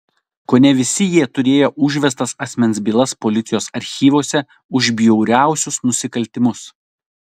kone visi jie turėjo užvestas asmens bylas policijos archyvuose už bjauriausius nusikaltimus